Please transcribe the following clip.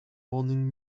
morning